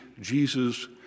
Jesus